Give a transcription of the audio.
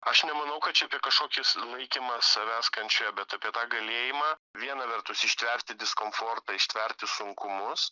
aš nemanau kad čia apie kažkokį laikymą savęs kančioje bet apie tą galėjimą viena vertus ištverti diskomfortą ištverti sunkumus